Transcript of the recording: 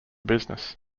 business